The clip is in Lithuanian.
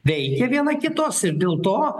veikia viena kitos ir dėl to